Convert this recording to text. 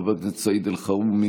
חבר הכנסת סעיד אלחרומי,